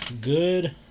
Good